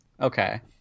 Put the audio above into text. Okay